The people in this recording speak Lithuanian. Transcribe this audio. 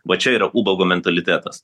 va čia yra ubago mentalitetas